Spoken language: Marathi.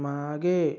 मागे